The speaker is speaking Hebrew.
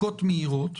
ברוכה הבאה,